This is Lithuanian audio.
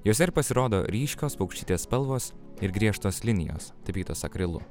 juose ir pasirodo ryškios paukštytės spalvos ir griežtos linijos tapytos akrilu